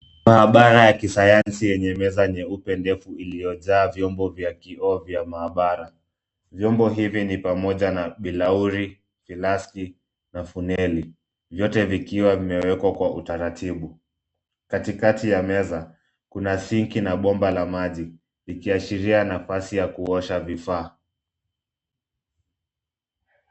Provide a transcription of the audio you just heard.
Maabara ya kisayansi yenye meza nyeupe ndefu iliyojaa vyombo vya kioo vya maabara. Vyombo hivi ni pamoja na bilauri, tinasti na funeli. vyote vikiwa vimewekwa kwa utaratibu. Katikati ya meza kuna sinki na bomba la maji, ikiashiria nafasi ya kuosha vifaa.